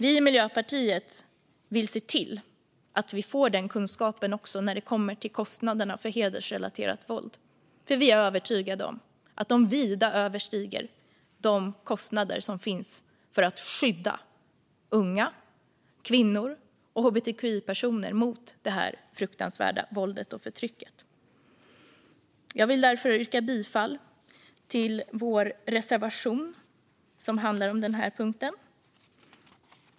Vi i Miljöpartiet vill se till att vi får den kunskapen också när det kommer till hedersrelaterat våld, för vi är övertygade om att de kostnaderna vida överstiger de kostnader som finns för att skydda unga, kvinnor och hbtqi-personer mot detta fruktansvärda våld och förtryck. Jag vill därför yrka bifall till vår reservation som handlar om denna punkt.